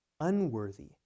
unworthy